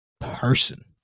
person